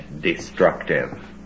destructive